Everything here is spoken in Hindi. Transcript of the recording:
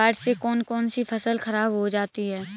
बाढ़ से कौन कौन सी फसल खराब हो जाती है?